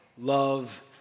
love